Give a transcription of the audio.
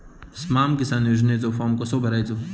स्माम किसान योजनेचो फॉर्म कसो भरायचो?